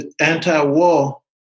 anti-war